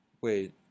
wait